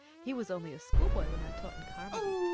he was only a schoolboy when i taught in carmody.